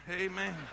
amen